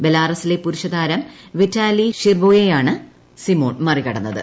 ബെലാറസിന്റെ പുരുഷതാരം വിറ്റാലി ഷീർബോയെയാണ് സിമോൺ മറികടന്നത്